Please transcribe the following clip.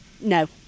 No